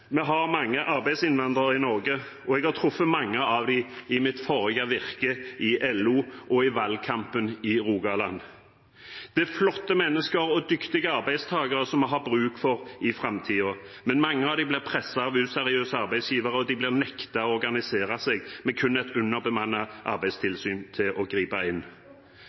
Vi har mange arbeidsinnvandrere i Norge, og jeg har truffet mange av dem i mitt forrige virke i LO og i valgkampen i Rogaland. Det er flotte mennesker og dyktige arbeidstagere som vi har bruk for i framtiden, men mange av dem blir presset av useriøse arbeidsgivere, og de blir nektet å organisere seg, med kun et underbemannet arbeidstilsyn til å gripe inn.